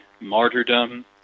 martyrdom